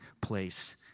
place